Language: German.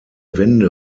wende